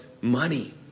money